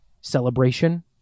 Celebration